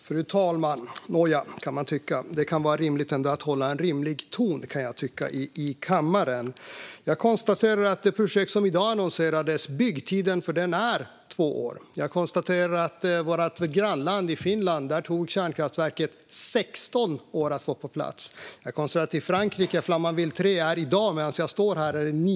Fru talman! Nåja, så kan man tycka. Det kan ändå vara lämpligt att hålla en rimlig ton i kammaren, kan jag tycka. Jag konstaterar att byggtiden för det projekt som i dag annonserades är två år. Jag konstaterar att det i vårt grannland Finland tog 16 år att få kärnkraftverket på plats. Jag konstaterar att i Frankrike är Flamanville 3 i dag, medan jag står här, nio år försenat.